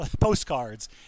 postcards